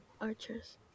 Archers